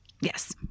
Yes